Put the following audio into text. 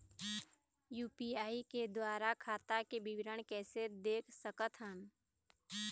UPI के द्वारा खाता के विवरण कैसे देख सकत हन?